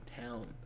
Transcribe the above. town